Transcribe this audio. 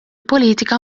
politika